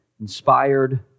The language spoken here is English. inspired